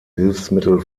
hilfsmittel